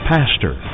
Pastor